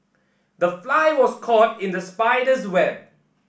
the fly was caught in the spider's web